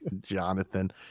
Jonathan